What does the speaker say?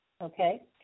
okay